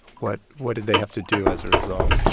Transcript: what what did they have to do as a result?